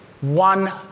One